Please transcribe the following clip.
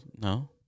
no